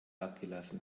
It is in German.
abgelassen